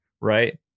right